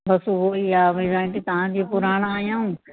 बसि उओ ई आहे भाई तव्हांखे तव्हां जीअं पुराणा आहियो